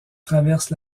traversent